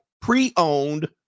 pre-owned